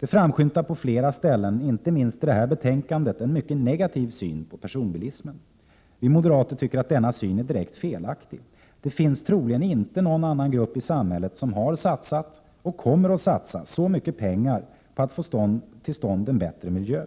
Det framskymtar på flera ställen, inte minst i detta betänkande, en mycket negativ syn på personbilismen. Vi moderater tycker att denna syn är direkt felaktig. Det finns troligen inte någon annan grupp i samhället som har satsat, och kommer att satsa, så mycket pengar på att få till stånd en bättre miljö.